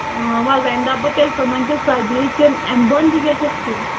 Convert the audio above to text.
ٲں ولہٕ وۅنۍ دَپہٕ بہٕ تیٚلہِ تِمن تہِ ژَتجی کِنہٕ اَمہِ بۄن تہِ گَژھیٚس کیٚنٛہہ